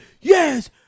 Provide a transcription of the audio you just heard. Yes